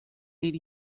did